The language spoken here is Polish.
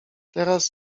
teraz